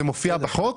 זה מופיע בחוק?